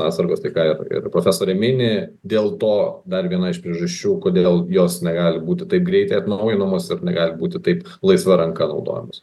atsargos tai ką ir profesorė mini dėl to dar viena iš priežasčių kodėl jos negali būti taip greitai atnaujinamos ir negali būti taip laisva ranka naudojamos